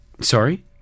sorry